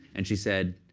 and she said,